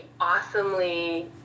awesomely